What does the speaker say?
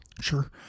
Sure